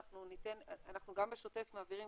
אנחנו גם בשוטף מעבירים,